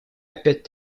опять